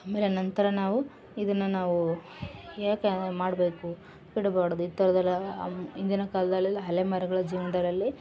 ಆಮೇಲೆ ನಂತರ ನಾವು ಇದನ್ನು ನಾವು ಯಾಕೆ ಅಂದರೆ ಮಾಡಬೇಕು ಬಿಡಬಾಡ್ದು ಈ ಥರದೆಲ್ಲ ಇಂದಿನ ಕಾಲ್ದಲ್ಲಿ ಎಲ್ಲ ಅಲೆಮಾರಿಗಳ ಜೀವನದರಲ್ಲಿ